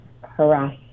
harass